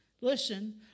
Listen